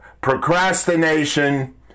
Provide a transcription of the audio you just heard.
Procrastination